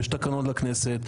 יש תקנון לכנסת.